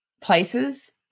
places